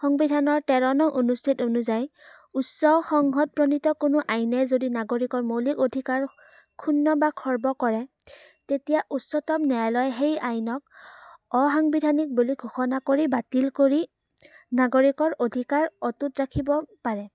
সংবিধানৰ তেৰ নং অনুচ্ছেদ অনুযায়ী উচ্চ সংঘত প্ৰণীত কোনো আইনে যদি নাগৰিকৰ মৌলিক অধিকাৰ শূণ্য বা খৰ্ব কৰে তেতিয়া উচ্চতম ন্যায়ালয় সেই আইনক অসাংবিধানিক বুলি ঘোষণা কৰি বাতিল কৰি নাগৰিকৰ অধিকাৰ অটুত ৰাখিব পাৰে